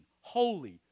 holy